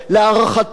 להערכתי,